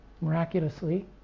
miraculously